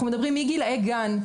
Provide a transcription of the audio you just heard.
אנחנו מדברים מגילאי גן.